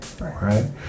right